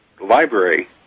library